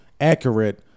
accurate